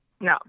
No